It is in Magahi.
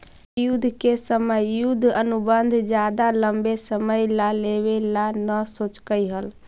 विश्व युद्ध के समय युद्ध अनुबंध ज्यादा लंबे समय ला लेवे ला न सोचकई हल